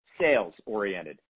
sales-oriented